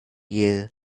you